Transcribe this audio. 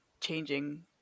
changing